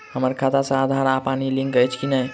हम्मर खाता सऽ आधार आ पानि लिंक अछि की नहि?